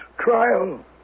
trial